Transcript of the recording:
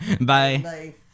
Bye